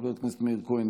חבר הכנסת מאיר כהן,